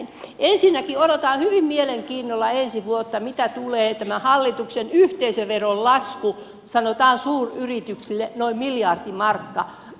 ensinnäkin odotan hyvin mielenkiinnolla ensi vuotta kun tulee tämä hallituksen yhteisöveron lasku sanotaan suuryrityksille noin miljardi markkaa